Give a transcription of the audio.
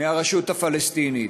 מהרשות הפלסטינית.